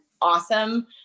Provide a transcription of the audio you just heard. awesome